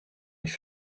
mich